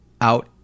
out